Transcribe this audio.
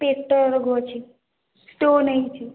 ପେଟ ରୋଗ ଅଛି ଷ୍ଟୋନ୍ ହେଇଛି